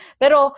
pero